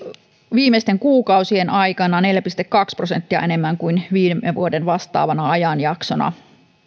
viimeisten kuukausien aikana neljä pilkku kaksi prosenttia enemmän kuin viime vuoden vastaavana ajanjaksona